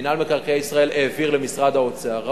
מינהל מקרקעי ישראל העביר למשרד האוצר 6 מיליארד שקלים,